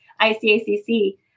ICACC